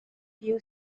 few